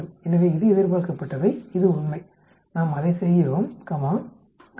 எனவே இது எதிர்பார்க்கப்பட்டவை இது உண்மை நாம் அதை செய்கிறோம் கமா கமா